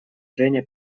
женя